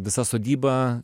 visa sodyba